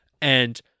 And-